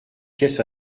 caisse